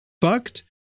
fucked